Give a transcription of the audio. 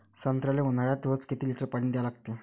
संत्र्याले ऊन्हाळ्यात रोज किती लीटर पानी द्या लागते?